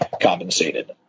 compensated